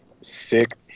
Sick